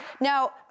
Now